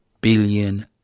billion